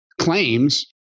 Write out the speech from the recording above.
claims